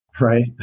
right